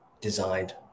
designed